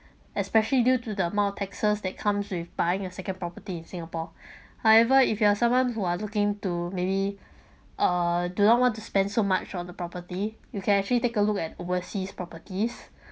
especially due to the amount of taxes that comes with buying a second property in singapore however if you are someone who are looking to maybe uh do not want to spend so much on the property you can actually take a look at overseas properties